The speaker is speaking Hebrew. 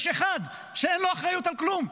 יש אחד שאין לו אחריות על כלום,